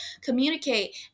communicate